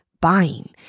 buying